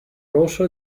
rosso